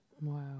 Wow